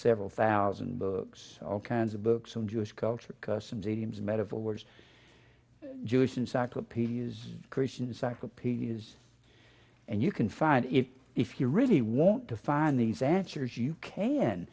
several thousand books all kinds of books some jewish culture some teams metaphors jewish encyclopedias christian encyclopedias and you can find it if you really want to find these answers you